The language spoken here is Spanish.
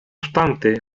obstante